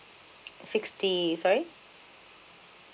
sixty sorry